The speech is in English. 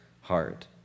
heart